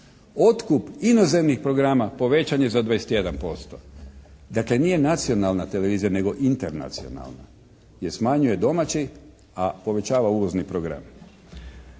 Otkup inozemnih programa povećan je za 21%. Dakle, nije nacionalna televizija nego internacionalna, jer smanjuje domaći a povećava uvozni program.